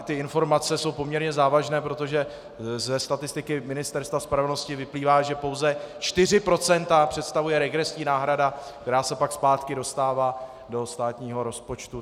Ty informace jsou poměrně závažné, protože ze statistiky Ministerstva spravedlnosti vyplývá, že pouze čtyři procenta představuje regresní náhrada, která se pak zpátky dostává do státního rozpočtu.